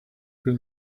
put